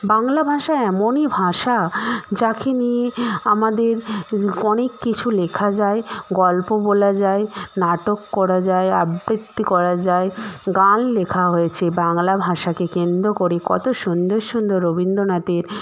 বাংলা ভাষা এমনই ভাষা যাকে নিয়ে আমাদের অনেক কিছু লেখা যায় গল্প বলা যায় নাটক করা যায় আবৃত্তি করা যায় গান লেখা হয়েছে বাংলা ভাষাকে কেন্দ্র করে কত সুন্দর সুন্দর রবীন্দ্রনাথের